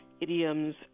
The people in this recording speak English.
idioms